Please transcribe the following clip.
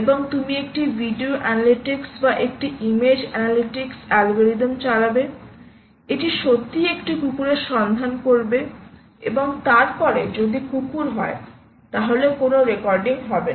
এবং তুমি একটি ভিডিও অ্যানালিটিকস বা একটি ইমেজ অ্যানালিটিক্স অ্যালগরিদম চালাবে এটি সত্যই একটি কুকুরের সন্ধান করবেএবং তারপরে যদি কুকুর হয় তাহলে কোন রেকর্ডিং হবে না